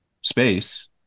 space